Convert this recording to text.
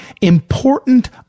important